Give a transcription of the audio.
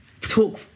talk